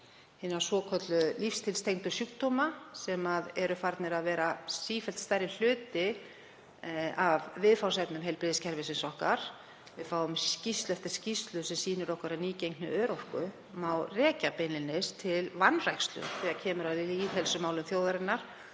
hinum svokölluðu lífsstílstengdu sjúkdómum sem eru farnir að vera sífellt stærri hluti af viðfangsefnum heilbrigðiskerfisins okkar. Við fáum skýrslu eftir skýrslu sem sýnir okkur að nýgengni örorku má rekja beinlínis til vanrækslu þegar kemur að lýðheilsumálum þjóðarinnar